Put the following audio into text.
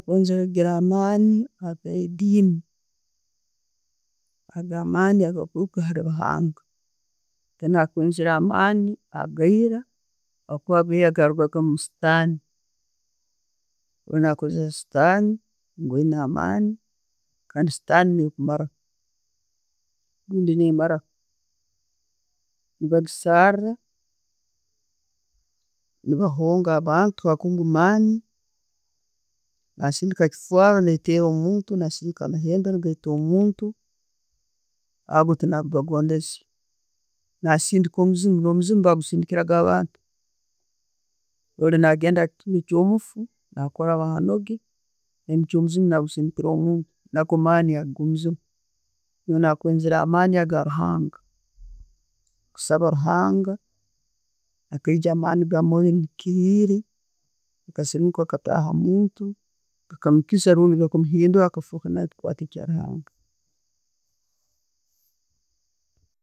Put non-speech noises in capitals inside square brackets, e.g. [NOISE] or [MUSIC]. Enjoregere amaani agediini, ago amaani agakuruka owaruhanga. Kuna kwenjira amaani ageira habwokuba ageira garugaga omusitaani, ono nakosesa sitaani nti gayina amaani kandi sitaani ne mara, [UNINTELLIGIBLE] nebahonga abantu, ago ngu mani, basindika ekifaaru netera omuntu, nasindika amayembe negaita omuntu, abo tenkubagondeze. Nasindika no'muziimu, omuziimu bagusindikiraga abantu, oli nagenda ha kituuru kyomufu, nakora bandoge, nikyo omuzimu nagusindikira omuntu, nago maani ago'muziimu. Nakwenziire amaani ga ruhanga, kusaba ruhanga, akaijja amaani nga mwoyo ayikirire gakasilimuka gataha omuntu gaka mukiiza rundi ga ka muhindura akafooka nawe ekikwate ekya'ruhanga.